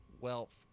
wealth